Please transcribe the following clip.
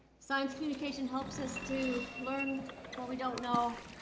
science communication helps us to learn what we don't know,